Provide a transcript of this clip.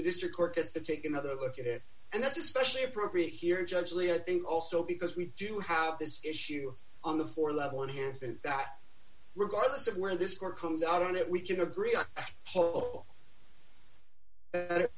the district court gets to take another look at it and that's especially appropriate here judge lee i think also because we do have this issue on the four level and hand that regardless of where this court comes out on it we can agree on whol